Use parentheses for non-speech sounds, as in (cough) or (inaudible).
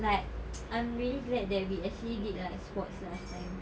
like (noise) I'm really glad that we actually did sports last time